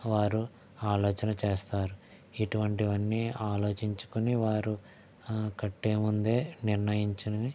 వారు ఆలోచన చేస్తారు ఇటువంటివన్నీ ఆలోచించుకొని వారు కట్టేముందే నిర్ణయించినవి